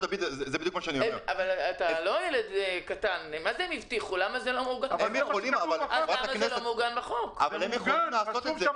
אתם יודעים את כל שאר הדברים ואני מקווה שהיוזמה הזו תצליח,